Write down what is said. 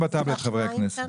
הנתונים.